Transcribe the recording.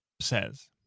says